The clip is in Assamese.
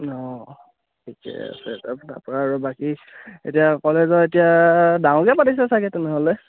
অঁ ঠিকে আছে ত তাৰপৰা আৰু বাকী এতিয়া কলেজৰ এতিয়া ডাঙৰকৈ পাতিছে চাগে তেনেহ'লে